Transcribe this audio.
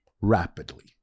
rapidly